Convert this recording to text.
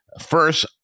First